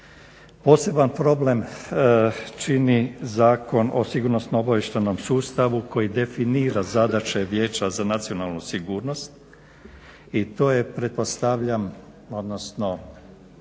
Poseban problem čini Zakon o sigurnosno-obavještajnom sustavu koji definira zadaće Vijeća za nacionalnu sigurnost i to je pretpostavljam, odnosno